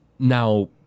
Now